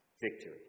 Victory